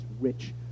rich